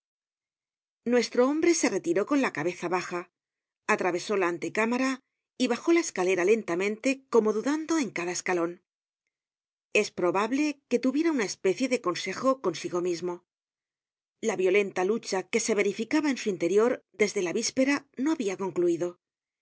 nuestro hombre se retiró con la cabeza baja atravesó la antecámara y bajó la escalera lentamente como dudando en cada escalon es probable que tuviera una especie de consejo consigo mismo la violenta lucha que se verificaba en su interior desde la víspera no habia concluido